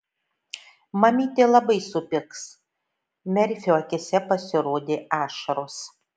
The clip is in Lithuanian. mamytė labai supyks merfio akyse pasirodė ašaros